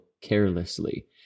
carelessly